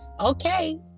Okay